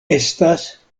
estas